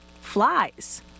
flies